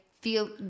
feel